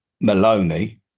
Maloney